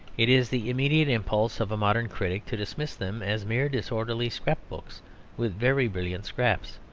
it is the immediate impulse of a modern critic to dismiss them as mere disorderly scrap-books with very brilliant scraps.